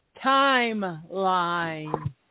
timeline